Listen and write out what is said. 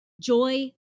joy